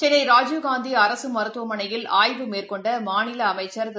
சென்னைராஜீவ்காந்திஅரசுமருத்துவமனையில் ஆய்வு மேற்கொண்டமாநிலஅமைச்சா் திரு